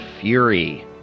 Fury